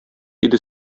иде